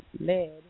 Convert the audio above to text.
Led